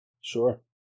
Sure